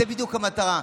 זאת בדיוק המטרה.